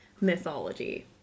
mythology